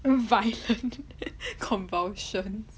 violent convulsions